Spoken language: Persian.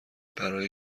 برای